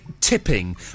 tipping